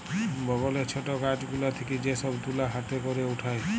বগলে ছট গাছ গুলা থেক্যে যে সব তুলা হাতে ক্যরে উঠায়